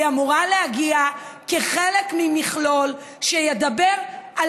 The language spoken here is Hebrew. היא אמורה להגיע כחלק ממכלול שידבר על